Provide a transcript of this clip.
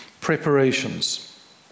preparations